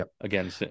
again